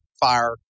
fire